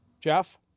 Jeff